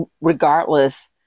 regardless